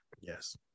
Yes